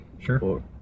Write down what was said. Sure